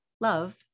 Love